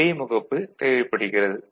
இடைமுகப்பு தேவைப்படுகிறது